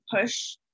push